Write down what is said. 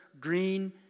green